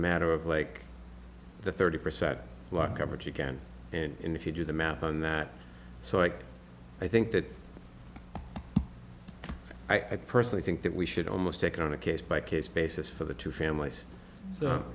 matter of like the thirty percent mark coverage again and if you do the math on that so i can i think that i personally think that we should almost take on a case by case basis for the two families so